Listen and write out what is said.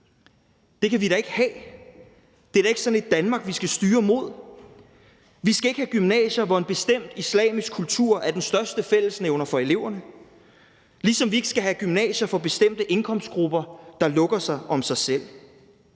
Det kan vi da ikke have. Det er da ikke sådan et Danmark, vi skal styre imod. Vi skal ikke have gymnasier, hvor en bestemt islamisk kultur er den største fællesnævner for eleverne, ligesom vi ikke skal have gymnasier for bestemte indkomstgrupper, der lukker sig om sig selv.